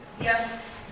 Yes